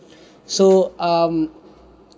so um